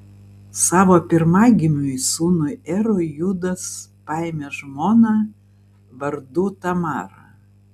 savo pirmagimiui sūnui erui judas paėmė žmoną vardu tamara